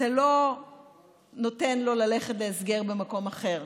אתה לא נותן לו ללכת להסגר במקום אחר.